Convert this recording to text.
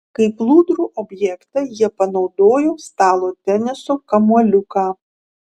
kaip plūdrų objektą jie panaudojo stalo teniso kamuoliuką